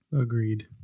Agreed